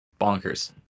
Bonkers